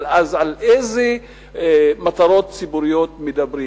אז על איזה מטרות ציבוריות מדברים?